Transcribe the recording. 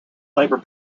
labor